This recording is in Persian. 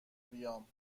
بیام